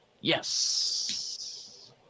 Yes